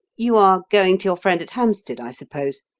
you are going to your friend at hampstead, i suppose,